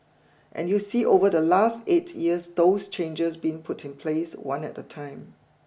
and you see over the last eight years those changes being put in place one at a time